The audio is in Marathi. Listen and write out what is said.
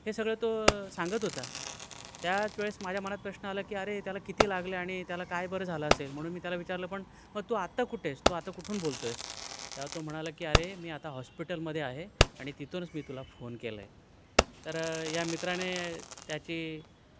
हे सगळं तो सांगत होता त्याच वेळेस माझ्या मनात प्रश्न आला की अरे त्याला किती लागलं आहे आणि त्याला काय बरं झालं असेल म्हणून मी त्याला विचारलं पण मग तू आता कुठे आहेस तू आता कुठून बोलतो आहेस त्यावर तो म्हणाला की अरे मी आता हॉस्पिटलमध्ये आहे आणि तिथूनच मी तुला फोन केला आहे तर या मित्राने त्याची